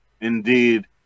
indeed